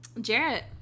Jarrett